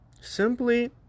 Simply